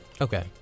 Okay